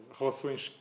relações